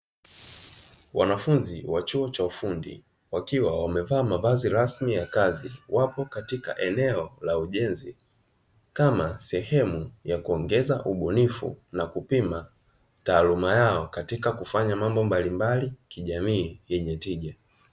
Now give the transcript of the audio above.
Wanafunzi wa chuo cha ufundi wakiwa wamevaa mavazi rasmi ya kazi, wapo katika eneo la ujenzi kama sehemu ya kuongeza ubunifu; na kupima taaluma yao katika kufanya mambo mbalimbali kijamii yenye tija.